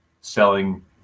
selling